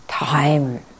Time